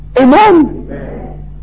Amen